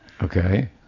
Okay